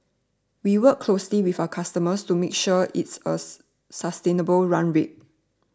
we work closely with our customer to make sure it's a sustainable run rate